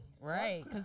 Right